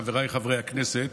חבריי חברי הכנסת,